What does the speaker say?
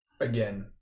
Again